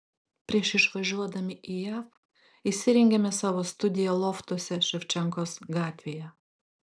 prieš išvažiuodami į jav įsirengėme savo studiją loftuose ševčenkos gatvėje